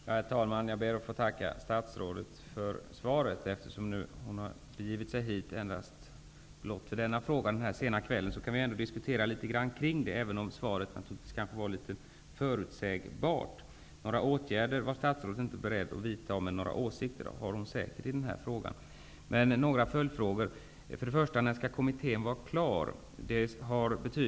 Herr talman! Jag ber att få tacka statsrådet för svaret. Eftersom statsrådet begett sig till riksdagen denna sena kväll blott för denna fråga kan vi diskutera frågan litet grand. Svaret var kanske förutsägbart. Åtgärder är statsrådet inte beredd att vidta, men åsikter har hon säkert i den här frågan. Några följdfrågor: När skall kommittén vara klar med sitt arbete?